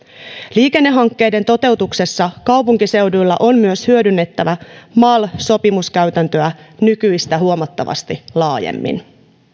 liikennehankkeiden toteutuksessa kaupunkiseuduilla on myös hyödynnettävä mal sopimuskäytäntöä nykyistä huomattavasti laajemmin